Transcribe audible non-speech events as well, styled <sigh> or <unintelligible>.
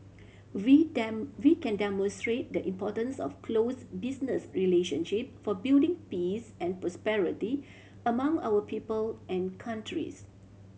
we <unintelligible> we can demonstrate the importance of close business relationship for building peace and prosperity among our people and countries